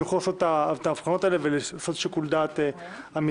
שהם יוכלו לעשות את ההבחנות האלה ולעשות שיקול דעת אמיתי.